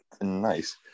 Nice